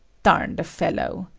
darn the fellow!